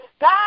God